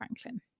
Franklin